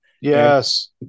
yes